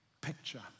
picture